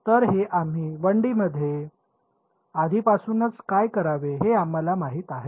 तर हे आम्ही 1 डी मध्ये आधीपासूनच काय करावे हे आम्हाला माहित आहे